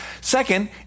Second